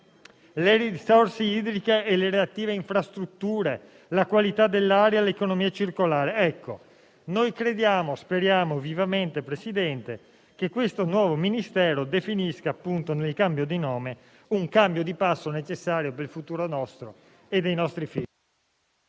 le risorse idriche e le relative infrastrutture, la qualità dell'aria e l'economia circolare. Speriamo vivamente, Presidente, che questo nuovo Ministero definisca, con il cambio di denominazione, un cambio di passo necessario per il futuro nostro e dei nostri figli.